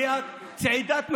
תהיה צעידת מחאה,